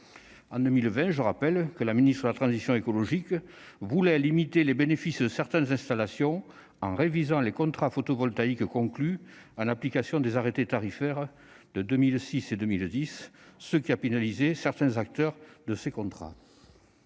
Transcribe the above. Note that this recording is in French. en 2020, la ministre de la transition écologique a voulu limiter les bénéfices de certaines installations en révisant les contrats photovoltaïques conclus en application des arrêtés tarifaires de 2006 et 2010. Certains acteurs de ces contrats